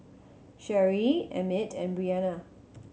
Sherie Emmit and Breana